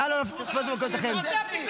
אתה מסרב לתת לי?